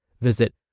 Visit